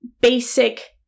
basic